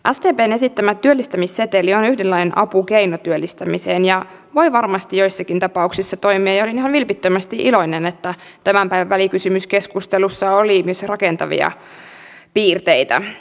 sdpn esittämä työllistämisseteli on yhdenlainen apukeino työllistämiseen ja voi varmasti joissakin tapauksissa toimia ja olen ihan vilpittömästi iloinen että tämän päivän välikysymyskeskustelussa oli myös rakentavia piirteitä